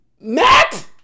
Matt